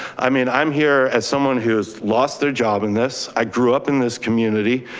i mean, i'm here as someone who's lost their job in this, i grew up in this community,